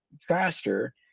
faster